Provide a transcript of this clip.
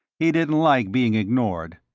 he didn't like being ignored.